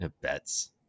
bets